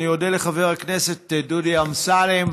אני אודה לחבר הכנסת דודי אמסלם,